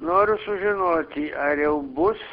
noriu sužinoti ar jau bus